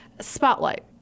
Spotlight